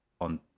on